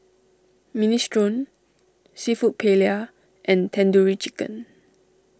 Minestrone Seafood Paella and Tandoori Chicken